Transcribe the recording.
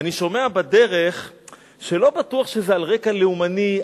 אני שומע בדרך שלא בטוח שזה על רקע לאומני,